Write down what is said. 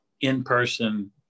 in-person